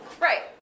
Right